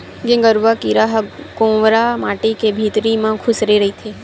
गेंगरूआ कीरा ह कोंवर माटी के भितरी म खूसरे रहिथे